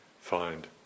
find